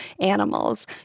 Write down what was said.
animals